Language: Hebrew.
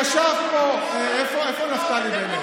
ישב פה, איפה נפתלי בנט?